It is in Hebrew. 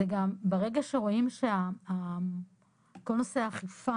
זה גם ברגע שרואים שכל נושא האכיפה